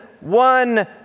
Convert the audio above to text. one